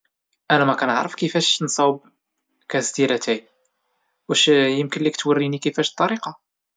أنا مكنعرفش نصاوب كاس ديال أتاي، واش ممكن توريني كيفاش الطريقة؟